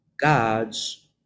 God's